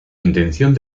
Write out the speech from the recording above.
intención